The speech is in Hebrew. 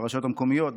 ברשויות המקומיות,